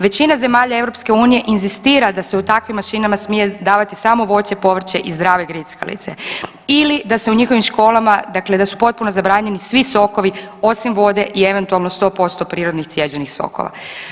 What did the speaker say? Većina zemalja EU inzistira da se u takvim mašinama smije davati samo voće, povrće i zdrave grickalice ili da se u njihovim školama dakle da su potpuno zabranjeni svi sokovi osim vode i eventualno 100% prirodnih cijeđenih sokova.